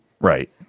Right